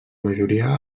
majoria